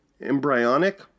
embryonic